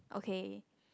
okay